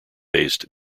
based